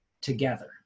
together